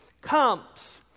comes